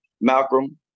Malcolm